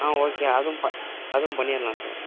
ஆ okay அதுவும் ப அதுவும் பண்ணிரலாம் சார்